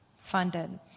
funded